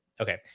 okay